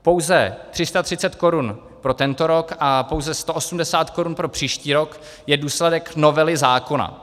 Pouze 330 korun pro tento rok a pouze 180 korun pro příští rok je důsledek novely zákona.